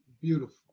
Beautiful